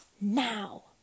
Now